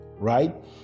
right